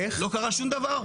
לא קרה שום דבר.